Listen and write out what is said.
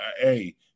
hey